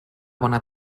bona